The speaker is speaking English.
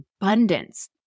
abundance